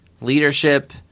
leadership